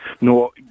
No